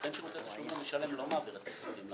נותן שירותי תשלום למשלם לא מעביר את התשלומים למוטב.